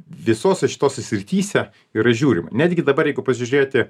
visose šitose srityse ir žiūrima netgi dabar jeigu pasižiūrėti